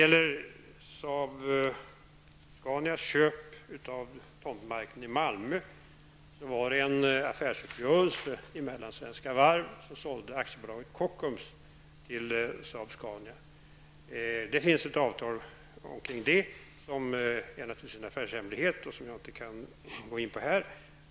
Saab-Scanias köp av tomtmark i Malmö var en affärsuppgörelse som innebar att Svenska varv sålde AB Kockums till Saab-Scania. Det finns ett avtal som naturligtvis är en affärshemlighet och som jag därför inte kan gå in på här.